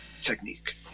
technique